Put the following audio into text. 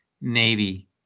Navy